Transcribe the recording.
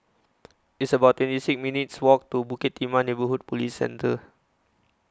It's about twenty six minutes' Walk to Bukit Timah Neighbourhood Police Centre